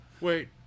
wait